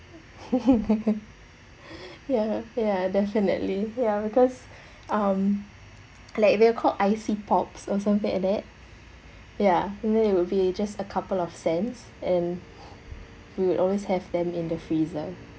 ya ya definitely ya because um like they're called icy pops or something like that ya and then it will be a just a couple of cents and we would always have them in the freezer